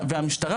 והמשטרה,